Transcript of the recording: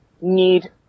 need